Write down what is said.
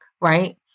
Right